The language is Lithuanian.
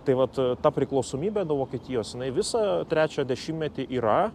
tai vat ta priklausomybė nuo vokietijos jinai visą trečią dešimtmetį yra